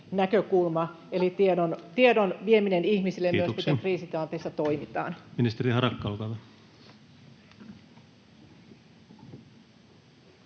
eli tiedon vieminen ihmisille siitä, miten kriisitilanteissa toimitaan.